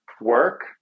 work